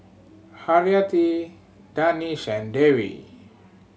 Haryati Danish and Dewi